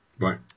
Right